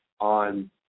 on